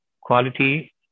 quality